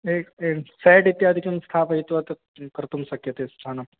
एक् ए सैड् इत्यादिकं स्थापयित्वा तत् कर्तुं शक्यते स्थानं